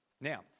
now